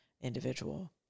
individual